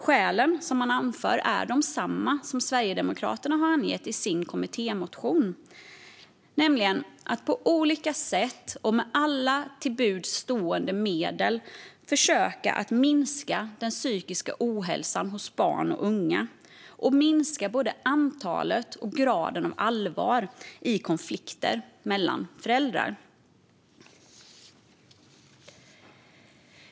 Skälen som man anför är desamma som Sverigedemokraterna har angett i sin kommittémotion, nämligen att på olika sätt och med alla till buds stående medel försöka minska den psykiska ohälsan hos barn och unga och minska både antalet och graden av allvar i konflikter mellan föräldrar.